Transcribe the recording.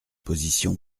position